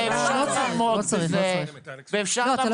החוק